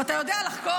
ואתה יודע לחקור,